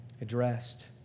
addressed